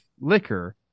liquor